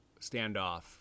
standoff